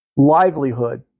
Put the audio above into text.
Livelihood